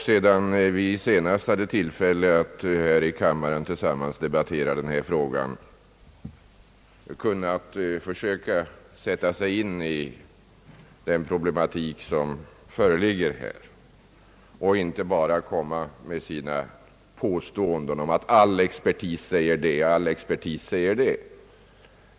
Sedan vi senast hade tillfälle att här i kammaren tillsammans debattera denna fråga borde herr Ahlmark ha kunnat försöka sätta sig in i den föreliggande problematiken och nu inte bara komma med sina påståenden om att all expertis säger det och all expertis säger det.